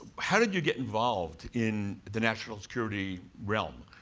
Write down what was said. how did you get involved in the national security realm?